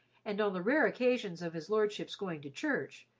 and on the rare occasions of his lordship's going to church,